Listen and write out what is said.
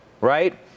Right